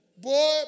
Boy